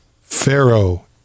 Pharaoh